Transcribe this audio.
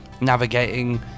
navigating